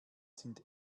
sind